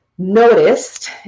noticed